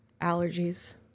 allergies